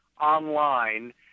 online